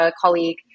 colleague